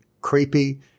creepy